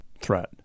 threat